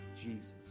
Jesus